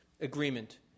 agreement